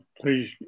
please